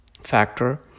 factor